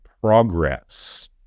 progress